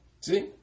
See